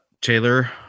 Taylor